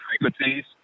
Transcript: frequencies